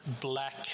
black